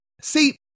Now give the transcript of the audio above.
See